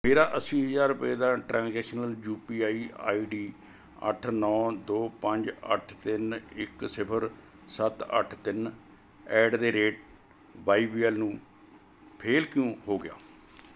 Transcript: ਮੇਰਾ ਅੱਸੀ ਹਜ਼ਾਰ ਰੁਪਏ ਦਾ transactional U P I I D ਅੱਠ ਨੌ ਦੋ ਪੰਜ ਅੱਠ ਤਿੰਨ ਇੱਕ ਸਿਫਰ ਸੱਤ ਅੱਠ ਤਿੰਨ at the rate Y B L ਨੂੰ ਫ਼ੇਲ ਕਿਉ ਹੋ ਗਿਆ